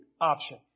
option